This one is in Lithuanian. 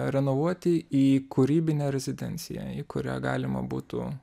renovuoti į kūrybinę rezidenciją į kurią galima būtų